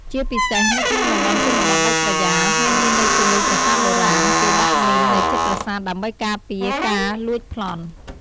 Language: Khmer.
ជាពិសេសនៅក្នុងតំបន់ជនបទដាច់ស្រយាល ហើយមាននៅជុំវិញប្រាសាទបុរាណ គេដាក់មីននៅជិតប្រាសាទដើម្បីការពារការលួចប្លន់។